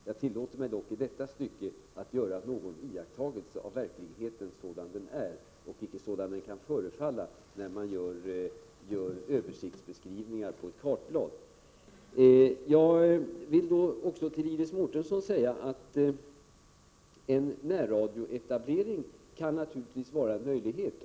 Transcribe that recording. Jag tillåter mig dock att i detta stycke göra en iakttagelse av verkligheten sådan den är — inte så som den kan förefalla när man gör översiktsbeskrivningar på ett kartblad. Iris Mårtensson! En närradioetablering kan naturligtvis vara en möjlighet.